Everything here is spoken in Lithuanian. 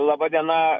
laba diena